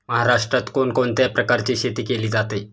महाराष्ट्रात कोण कोणत्या प्रकारची शेती केली जाते?